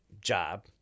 job